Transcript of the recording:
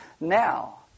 now